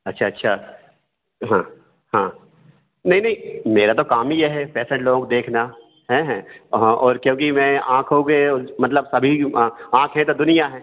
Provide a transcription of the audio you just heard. अच्छा अच्छा हाँ हाँ नहीं नहीं मेरा तो काम ही यह है पेशेन्ट लोग को देखना हाँ और क्योंकि मैं आँखों का मतलब सभी आँखें है तो दुनिया है